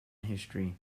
history